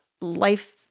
life